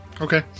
Okay